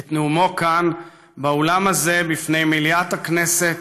את נאומו כאן, באולם הזה, בפני מליאת הכנסת,